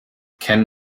ken